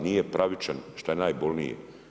Nije pravičan šta je najbolnije.